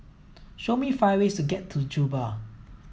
show me five ways to get to Juba